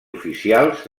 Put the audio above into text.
oficials